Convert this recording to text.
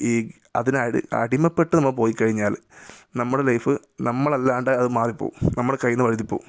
ഈ അതിന് അടി അടിമപ്പെട്ട് നമ്മൾ പോയി കഴിഞ്ഞാൽ നമ്മുടെ ലൈഫ് നമ്മളല്ലാണ്ട് അത് മാറിപ്പോകും നമ്മുടെ കയ്യിൽനിന്ന് വഴുതിപ്പോകും